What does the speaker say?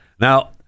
Now